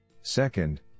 Second